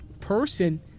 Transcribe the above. person